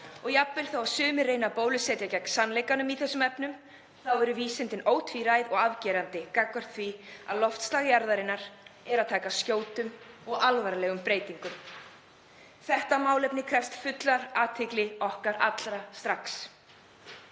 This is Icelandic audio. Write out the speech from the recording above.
og jafnvel þótt sumir reyni að bólusetja gegn sannleikanum í þessum efnum eru vísindin ótvíræð og afgerandi gagnvart því að loftslag jarðarinnar er að taka skjótum og alvarlegum breytingum. Það krefst fullrar athygli okkar allra strax.